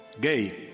gay